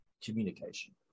communication